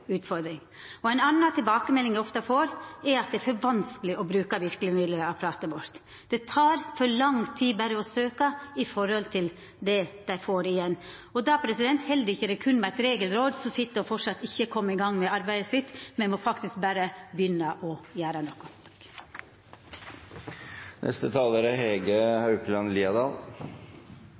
utfordring. Ei anna tilbakemelding eg ofte får, er at det er for vanskeleg å bruka verkemiddelapparatet vårt. Det tek for lang tid å søkja i forhold til det dei får att. Då held det ikkje med eit regelråd som sit og framleis ikkje er komne i gang med arbeidet sitt – me må faktisk berre begynna å gjera noko. Møter med enkeltmennesker som er